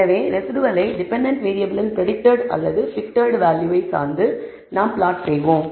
எனவே ரெஸிடுவலை டிபெண்டன்ட் வேறியபிளின் பிரடிக்டட் அல்லது பிட்டட் வேல்யூவை சார்ந்து நாம் பிளாட் செய்வோம்